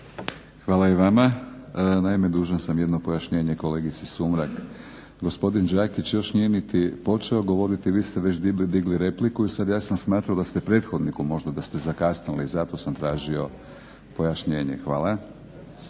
Hvala i vama. Naime dužan sam jedno pojašnjenje kolegici Sumrak. Gospodin Đakić još nije niti počeo govoriti vi ste već digli repliku i sad ja sam smatrao da ste prethodniku možda, da ste zakasnili, zato sam tražio pojašnjenje. Hvala.